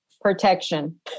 protection